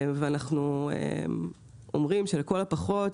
ואנחנו אומרים שלכל הפחות,